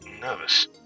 nervous